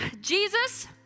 Jesus